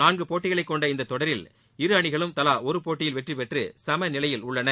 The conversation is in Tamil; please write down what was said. நான்கு போட்டிகளை கொண்ட இந்த தொடரில் இரு அணிகளும் தலா ஒரு போட்டியில் வெற்றி பெற்று சம நிலையில் உள்ளன